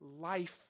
life